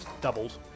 doubled